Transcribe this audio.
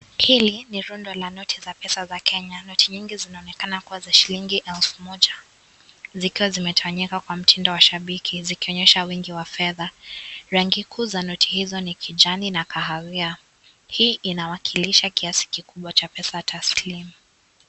Hili ni rundo la noti za pesa za Kenya noti nyingi zinaonekana za shilingi elfu moja zikiwa zimetawanyika kwa mtindo wa shabiki zikionyesha uwingi wa fedha rangi kuu za noti hizo ni kijani na kahawia hii inawakilisha kiasi kikubwa cha pesa taslim.